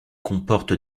comporte